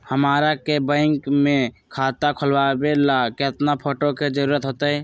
हमरा के बैंक में खाता खोलबाबे ला केतना फोटो के जरूरत होतई?